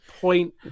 point